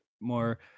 more